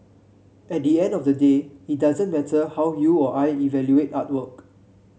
at the end of the day it doesn't matter how you or I evaluate artwork